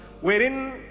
wherein